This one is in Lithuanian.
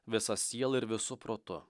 visa siela ir visu protu